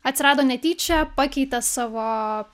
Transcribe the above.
atsirado netyčia pakeitė savo